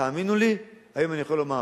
תאמינו לי, היום אני יכול לומר